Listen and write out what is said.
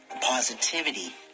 positivity